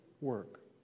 work